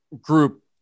group